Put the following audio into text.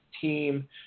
team